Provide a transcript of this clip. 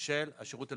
של השירות הלאומי.